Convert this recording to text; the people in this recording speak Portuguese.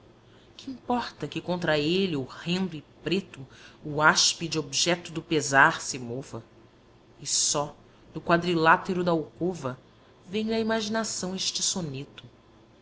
que importa que contra ele horrendo e preto o áspide bjeto do pesar se mova e só no quadrilátero da alcova vem lhe à imaginação este soneto